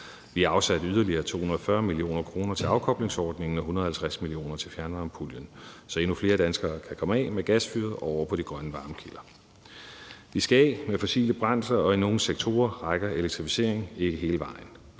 Vi har afsat yderligere 240 mio. kr. til afkoblingsordningen og 150 mio. kr. til fjernvarmepuljen, så endnu flere danskere kan komme af med gasfyret og over på de grønne varmekilder. Vi skal af med fossile brændsler, og i nogle sektorer rækker elektrificeringen ikke hele vejen.